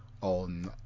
on